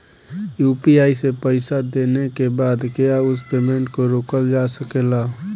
UPI से पईसा देने के बाद क्या उस पेमेंट को रोकल जा सकेला?